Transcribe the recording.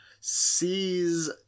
sees